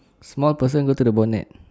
small person go to the bonnet